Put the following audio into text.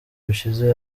bishize